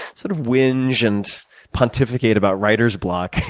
sort of winge and pontificate about writer's block.